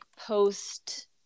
post-